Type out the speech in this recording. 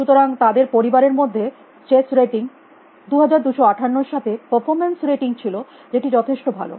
সুতরাং তাদের পরিবারের মধ্যে চেস রেটিং 2258 এর সাথে পারফরমেন্স রেটিং ছিল যেটি যথেষ্ট ভালো